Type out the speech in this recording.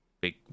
big